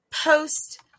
post